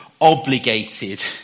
obligated